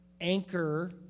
Anchor